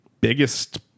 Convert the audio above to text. biggest